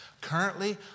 Currently